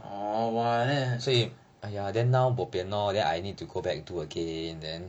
orh !wah! like that